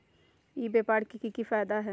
ई व्यापार के की की फायदा है?